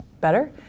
better